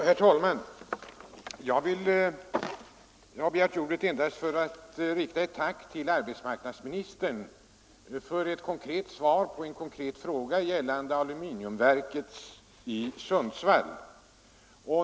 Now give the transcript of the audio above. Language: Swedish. Herr talman! Jag har begärt ordet endast för att rikta ett tack till arbetsmarknadsministern för ett konkret svar på en konkret fråga, gällande aluminiumverket i Sundsvall.